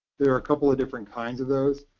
there are a couple of different kinds of those.